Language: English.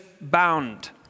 bound